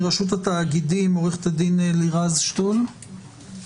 מרשות התאגידים עורכת הדין לירז שטול,